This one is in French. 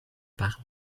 parle